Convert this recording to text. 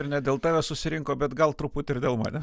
ir ne dėl tavęs susirinko bet gal truputį ir dėl manęs